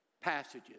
passages